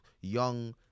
young